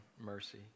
mercy